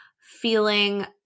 feeling